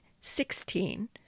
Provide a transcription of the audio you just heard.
sixteen